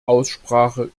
aussprache